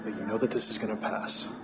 you know that this is going to pass.